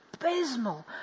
abysmal